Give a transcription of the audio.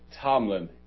Tomlin